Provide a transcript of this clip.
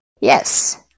yes